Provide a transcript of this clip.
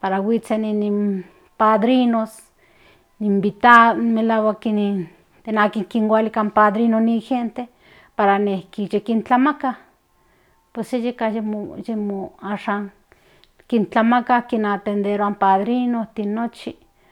para huitsen in padrinos in invitadoos melahuak de akin huika in padrinos para nejki yikintlamaka pues yeka yi mo ashan kintlamaka kinatenderua in padrinos nochi.